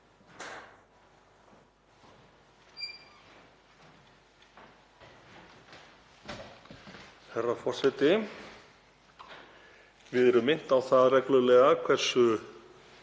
Herra forseti. Við erum minnt á það reglulega hversu